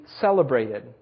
celebrated